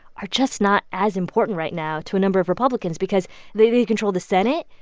are just not as important right now to a number of republicans because they they control the senate,